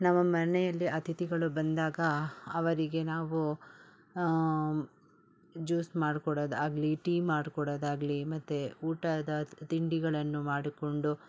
ನಮ್ಮ ಮನೆಯಲ್ಲಿ ಅತಿಥಿಗಳು ಬಂದಾಗ ಅವರಿಗೆ ನಾವು ಜ್ಯೂಸ್ ಮಾಡ್ಕೊಡೊದು ಆಗಲಿ ಟೀ ಮಾಡ್ಕೊಡೊದಾಗಲಿ ಮತ್ತು ಊಟದ ತಿಂಡಿಗಳನ್ನು ಮಾಡಿಕೊಂಡು